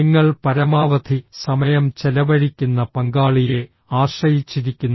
നിങ്ങൾ പരമാവധി സമയം ചെലവഴിക്കുന്ന പങ്കാളിയെ ആശ്രയിച്ചിരിക്കുന്നു